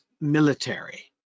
military